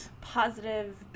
positive